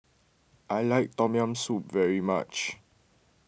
I like Tom Yam Soup very much